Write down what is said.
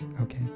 okay